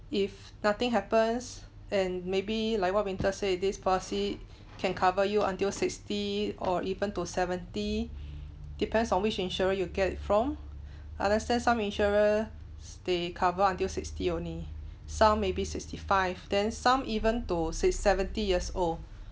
if nothing happens and maybe like what winter say this policy can cover you until sixty or even to seventy depends on which insurer you get it from understand some insurers they cover until sixty only some may be sixty five then some even to say seventy years old